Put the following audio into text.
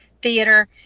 theater